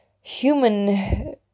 human